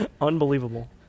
Unbelievable